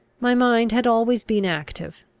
my mind had always been active,